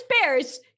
bears